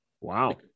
Wow